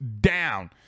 down